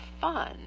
fun